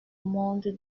monde